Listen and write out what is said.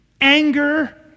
anger